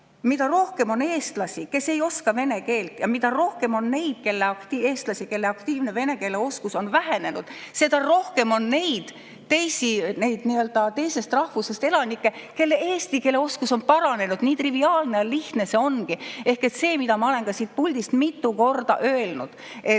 Mida rohkem on eestlasi, kes ei oska vene keelt, ja mida rohkem on neid eestlasi, kelle aktiivne vene keele oskus on vähenenud, seda rohkem on neid nii-öelda teisest rahvusest elanikke, kelle eesti keele oskus on paranenud. Nii triviaalne ja lihtne see ongi! Ehk see, mida ma olen siit puldist mitu korda öelnud: